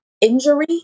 injury